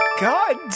God